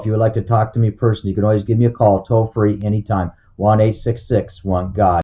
if you would like to talk to me person you can always give me a call toll free anytime one eight six six one g